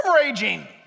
raging